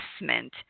investment